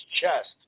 chest